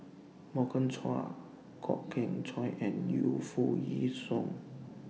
Morgan Chua Kwok Kian Chow and Yu Foo Yee Shoon